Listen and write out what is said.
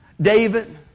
David